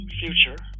future